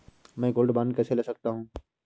मैं gold bond कैसे ले सकता हूँ?